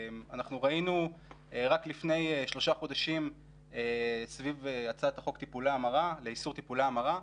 אנחנו ראינו רק לפני שלושה חודשים סביב הצעת חוק לאיסור טיפולי המרה,